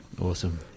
Awesome